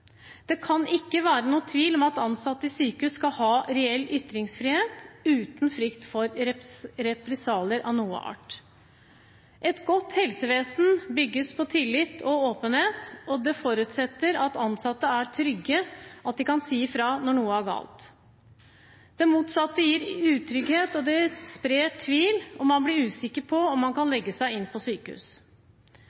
Det kan ikke være noen tvil om at ansatte i sykehus skal ha reell ytringsfrihet uten frykt for represalier av noe art. Et godt helsevesen bygges på tillit og åpenhet, og det forutsetter at ansatte er trygge, at de kan si fra når noe er galt. Det motsatte gir utrygghet, og det sprer tvil, og man blir usikker på om man kan